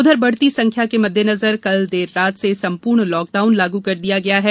उधर बढ़ती संख्या को मददेनजर कल देर रात से संपूर्ण लाकडाउन लागू कर दिया गया है